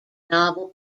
novel